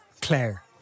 Claire